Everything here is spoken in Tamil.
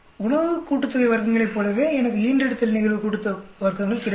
உணவு கூட்டுத்தொகை வர்க்கங்களைப் போலவே எனக்கு ஈன்றெடுத்தல் நிகழ்வு கூட்டுத்தொகை வர்க்கங்கள் கிடைக்கிறது